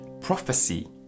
prophecy